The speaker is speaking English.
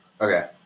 Okay